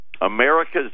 America's